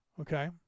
okay